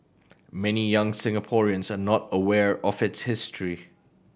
many young Singaporeans are not aware of its history